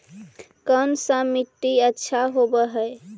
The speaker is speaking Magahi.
कोन सा मिट्टी अच्छा होबहय?